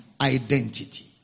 identity